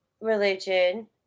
religion